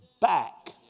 back